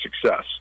success